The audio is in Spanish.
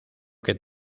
que